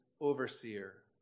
overseer